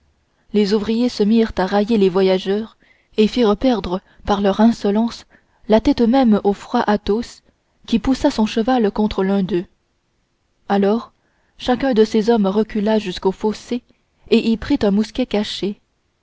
les ouvriers se mirent à railler les voyageurs et firent perdre par leur insolence la tête même au froid athos qui poussa son cheval contre l'un d'eux alors chacun de ces hommes recula jusqu'au fossé et y prit un mousquet caché